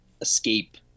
escape